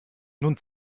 nun